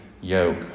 yoke